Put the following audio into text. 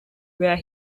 where